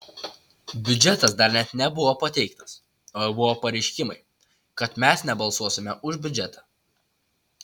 biudžetas dar net nebuvo pateiktas o jau buvo pareiškimai kad mes nebalsuosime už biudžetą